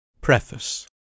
Preface